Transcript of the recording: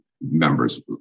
members